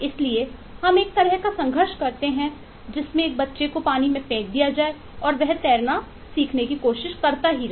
इसलिए हम एक तरह का संघर्ष करते हैं जिसमें एक बच्चे को पानी में फेंक दिया जाए और वह तैरना सीखने की कोशिशकरता रहे